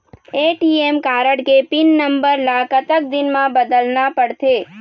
ATM card के pin number ला कतक दिन म बदलना पड़थे?